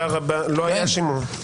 לא היה שימוע.